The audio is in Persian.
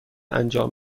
انجام